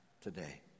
today